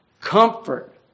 Comfort